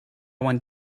want